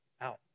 out